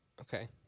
Okay